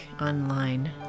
online